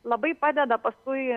labai padeda paskui